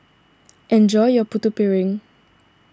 enjoy your Putu Piring